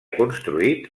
construït